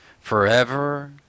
Forever